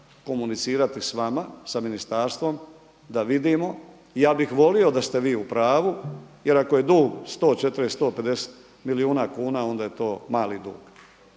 komunicirati s vama, sa ministarstvom da vidimo. Ja bih volio da ste vi upravu jer ako je dug 140, 150 milijuna kuna onda je to mali dug.